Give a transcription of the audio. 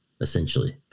essentially